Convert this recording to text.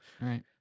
right